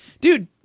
Dude